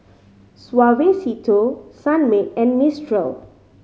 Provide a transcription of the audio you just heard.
Suavecito Sunmaid and Mistral